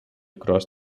cross